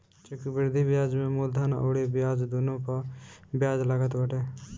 चक्रवृद्धि बियाज में मूलधन अउरी ब्याज दूनो पअ बियाज लागत बाटे